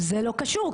זה לא קשור,